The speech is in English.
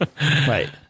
right